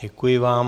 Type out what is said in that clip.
Děkuji vám.